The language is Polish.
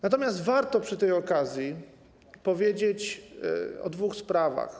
Natomiast warto przy tej okazji powiedzieć o dwóch sprawach.